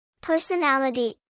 Personality